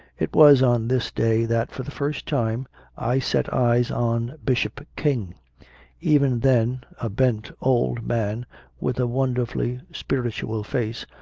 it was on this day that for the first time i set eyes on bishop king even then a bent old man with a wonderfully spiritual face,